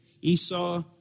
Esau